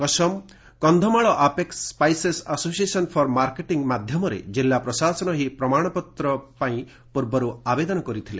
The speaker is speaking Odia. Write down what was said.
Kasam Kandhamal apex spices association for marketing ମାଧ୍ଧମରେ ଜିଲ୍ଲା ପ୍ରଶାସନ ଏହି ପ୍ରମାଣପତ୍ର ପାଇଁ ପୂର୍ବରୁ ଆବେଦନ କରିଥିଲେ